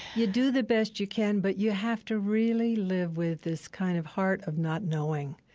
you do the best you can, but you have to really live with this kind of heart of not knowing.